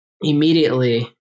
immediately